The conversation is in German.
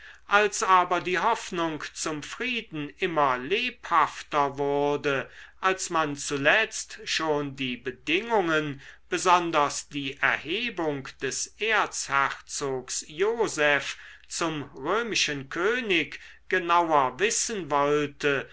als aber die hoffnung zum frieden immer lebhafter wurde als man zuletzt schon die bedingungen besonders die erhebung des erzherzogs joseph zum römischen könig genauer wissen wollte